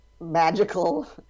magical